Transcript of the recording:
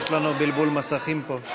יש לנו בלבול מסכים פה.